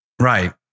right